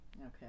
Okay